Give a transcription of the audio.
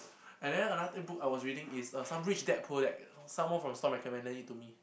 and then another book I was reading is uh some Rich Dad Poor Dad someone from the store recommended it to me